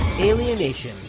Alienation